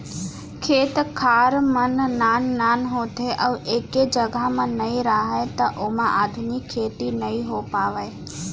खेत खार मन नान नान होथे अउ एके जघा म नइ राहय त ओमा आधुनिक खेती नइ हो पावय